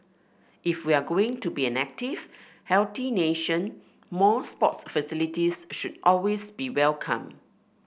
if we're going to be an active healthy nation more sports facilities should always be welcome